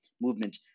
movement